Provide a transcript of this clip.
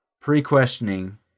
pre-questioning